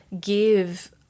give